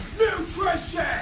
Nutrition